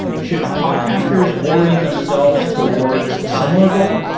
should podcasters orient themselves towards a similar goal?